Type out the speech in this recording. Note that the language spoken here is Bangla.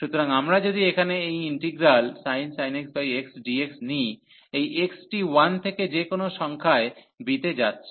সুতরাং আমরা যদি এখানে এই integral sin x x dx নিই এই x টি 1 থেকে যেকোন সংখ্যায b তে যাচ্ছে